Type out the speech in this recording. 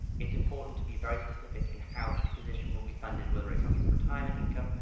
it's important to be very specific in how each position will be funded, whether it comes from retirement income,